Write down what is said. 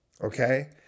Okay